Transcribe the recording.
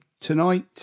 tonight